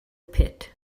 pit